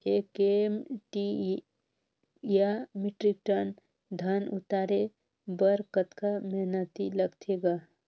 एक एम.टी या metric ton धन उतारे बर कतका मेहनती लगथे ग?